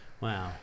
Wow